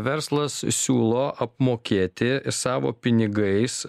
verslas siūlo apmokėti savo pinigais